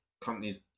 companies